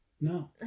No